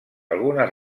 algunes